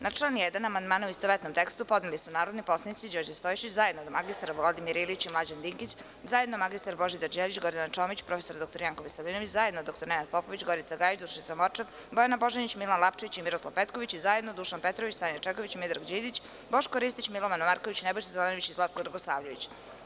Na član 1. amandmane u istovetnom tekstu podneli su narodni posalnici: Đorđe Stojšić, zajedno mr Vladimir Ilić i Mlađan Dinkić, zajedno mr Božidar Đelić, Gordana Čomić i prof. dr Janko Veselinović, zajedno dr Nenad Popović, Gorica Gajić, Dušica Morčev, Bojana Božanić, Milan Lapčević i Miroslav Petković i zajedno Dušan Petrović, Sanja Čeković, Miodrag Đidić, Boško Ristić, Milovan Marković, Nebojša Zelenović i Zlatko Dragosavljević.